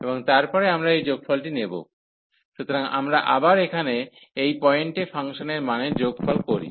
এবং তারপরে আমরা এই যোগফলটি নেব সুতরাং আমরা আবার এখানে এই পয়েন্টে ফাংশনের মানের যোগফল করি